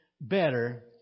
better